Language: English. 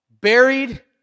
buried